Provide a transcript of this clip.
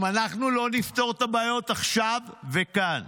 אם אנחנו לא נפתור את הבעיות עכשיו וכאן,